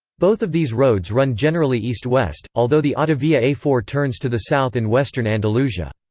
both of these roads run generally east-west, although the autovia a four turns to the south in western andalusia.